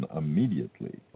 immediately